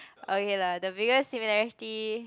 okay lah the biggest similarity